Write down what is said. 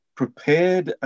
prepared